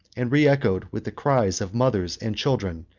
and reechoed with the cries of mothers and children,